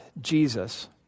Jesus